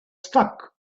stuck